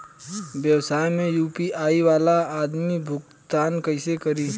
व्यवसाय में यू.पी.आई वाला आदमी भुगतान कइसे करीं?